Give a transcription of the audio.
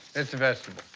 it's a vegetable.